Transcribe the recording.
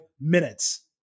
minutes